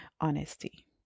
honesty